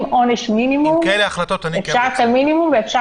עם כאלה החלטות אני כן רוצה.